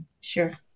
Sure